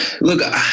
Look